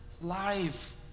life